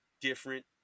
different